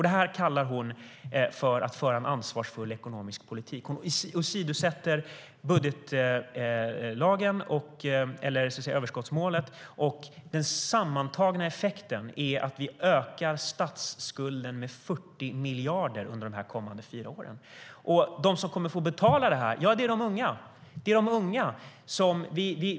Det här kallar hon att föra en ansvarsfull ekonomisk politik. Hon åsidosätter överskottsmålet, och den sammantagna effekten är att vi ökar statsskulden med 40 miljarder under de kommande fyra åren. De som kommer att få betala det här är de unga.